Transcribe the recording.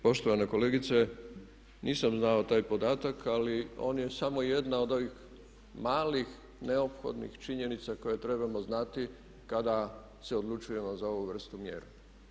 Poštovana kolegice, nisam znao taj podatak ali on je samo jedna od ovih malih neophodnih činjenica koje trebamo znati kada se odlučujemo za ovu vrstu mjere.